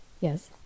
Yes